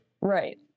right